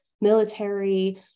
military